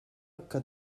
que